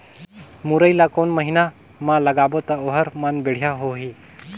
मुरई ला कोन महीना मा लगाबो ता ओहार मान बेडिया होही?